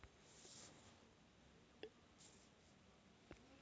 ನನಗ ಕೇಟರಿಂಗ್ ಮಾಡಾಕ್ ತಿಂಗಳಾ ಎರಡು ಸಾವಿರ ರೂಪಾಯಿ ಸಾಲ ಬೇಕಾಗೈತರಿ ಅದರ ಬಡ್ಡಿ ಎಷ್ಟ ಆಗತೈತ್ರಿ?